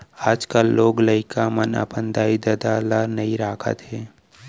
आजकाल लोग लइका मन अपन दाई ददा ल नइ राखत हें